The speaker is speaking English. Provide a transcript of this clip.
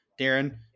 Darren